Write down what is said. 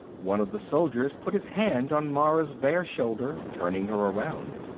one of the soldiers put his hand on mara's bare shoulder, turning her around.